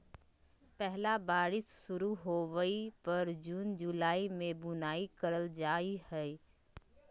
पहला बारिश शुरू होबय पर जून जुलाई में बुआई करल जाय हइ